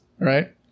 right